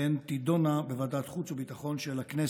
והן תידונה בוועדת חוץ וביטחון של הכנסת.